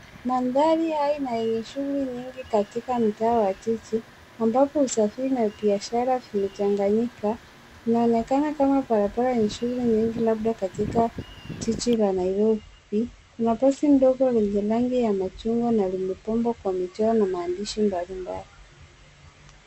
Mandhari haya na yenye shughuli nyingi katika mtaa wa jiji ambapo usafiri na biashara vimechanganyika. Inaonekana kama barabara yenye shughuli nyingi labda katika jiji la Nairobi. Kuna basi ndogo lenye rangi ya machungwa na limepambwa kwa michoro na maandishi mbalimbali.